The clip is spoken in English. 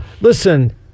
Listen